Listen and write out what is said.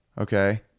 Okay